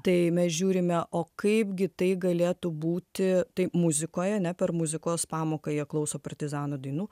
tai mes žiūrime o kaip gi tai galėtų būti tai muzikoje ane per muzikos pamoką jie klauso partizanų dainų